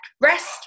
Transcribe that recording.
Rest